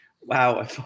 wow